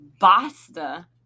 basta